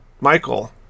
Michael